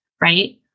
right